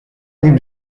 niet